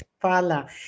Fala